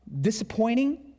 Disappointing